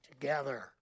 together